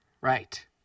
Right